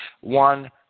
one